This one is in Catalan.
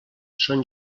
són